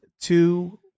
two